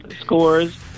scores